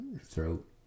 throat